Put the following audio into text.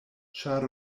ĉar